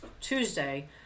Tuesday